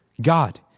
God